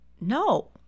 no